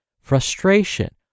frustration